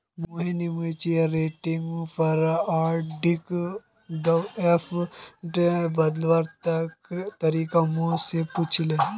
मोहिनी मैच्योरिटीर पर आरडीक एफ़डीत बदलवार तरीका मो से पूछले